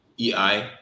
EI